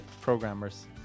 programmers